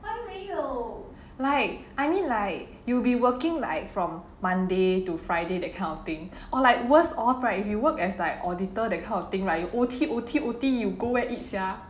like I mean like you'll be working like from monday to friday that kind of thing or like worst off right you work as like auditor that kind of thing right you O_T O_T O_T you go where eat sia